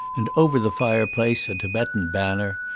and over the fireplace a tibetan bannner.